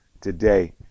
today